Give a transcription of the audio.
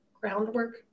Groundwork